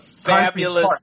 fabulous